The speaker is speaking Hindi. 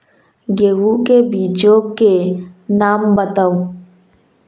गेहूँ के बीजों के नाम बताओ?